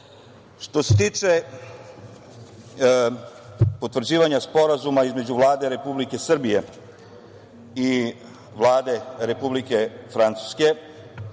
se tiče potvrđivanja Sporazuma između Vlade Republike Srbije i Vlade Republike Francuske,